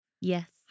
Yes